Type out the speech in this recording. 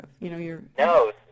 No